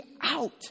out